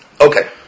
Okay